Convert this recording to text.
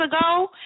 ago